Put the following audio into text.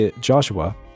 Joshua